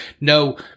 no